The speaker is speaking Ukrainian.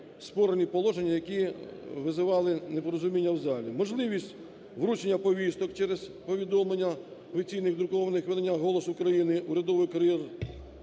спорті положення, які визивали непорозуміння в залі. Можливість вручення повісток через повідомлення в офіційних друкованих виданнях "Голосу України", "Урядовий кур'єр"